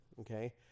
Okay